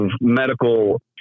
medical